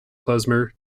klezmer